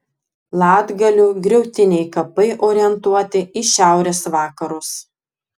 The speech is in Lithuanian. latgalių griautiniai kapai orientuoti į šiaurės vakarus